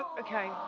okay,